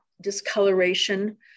discoloration